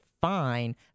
fine